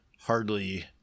hardly